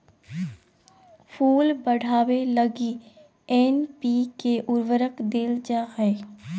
फूल बढ़ावे लगी एन.पी.के उर्वरक देल जा हइ